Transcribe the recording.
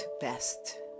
best